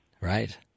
Right